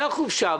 מהחופשה,